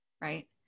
right